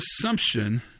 assumption